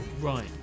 Right